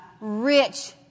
rich